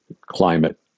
climate